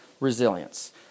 resilience